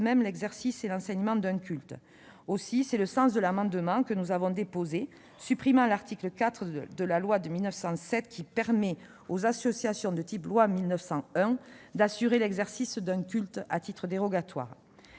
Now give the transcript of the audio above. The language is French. l'exercice et l'enseignement d'un culte. Aussi proposons-nous- tel est le sens de l'amendement que nous avons déposé à cet article -de supprimer l'article 4 de la loi de 1907, qui permet aux associations de type loi de 1901 d'assurer l'exercice d'un culte à titre dérogatoire.